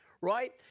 right